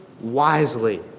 wisely